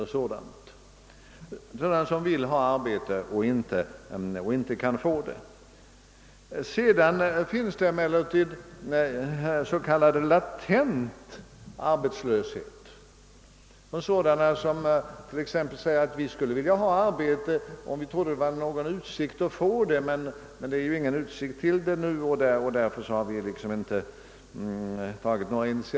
Dessa siffror avser alltså bara sådana människor som vill ha arbete och inte kan få det. Det finns emellertid också en s.k. latent arbetslöshet; med det avses bl.a. folk som skulle vilja ha arbete men som inte tar några initiativ för att skaffa sig det därför att de inte tror att det finns några utsikter att få ett arbete.